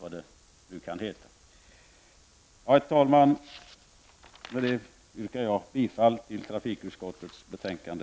Med det anförda yrkar jag bifall till hemställan i trafikutskottets betänkande.